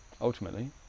ultimately